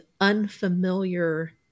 unfamiliar